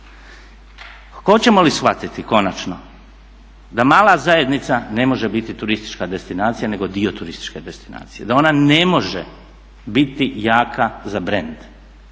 Hoćemo li shvatiti konačno da mala zajednica ne može biti turistička destinacija nego dio turističke destinacije. Da ona ne može biti jaka za brend